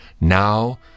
now